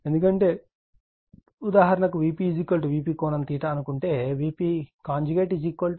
ఎందుకంటే ఉదాహరణకు Vp Vp ∠ అనుకుంటే Vp Vp ∠ అవుతుంది